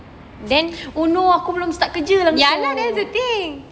oh no aku belum start kerja lagi